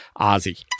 Ozzy